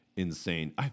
Insane